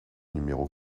numéro